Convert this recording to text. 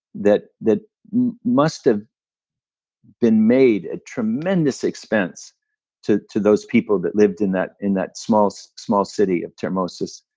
that that must've been made at tremendous expense to to those people that lived in that in that small so small city of termessos,